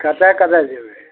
कतऽ कतऽ जेबय